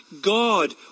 God